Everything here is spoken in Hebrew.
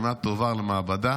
הדגימה תועבר למעבדה